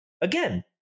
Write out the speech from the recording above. again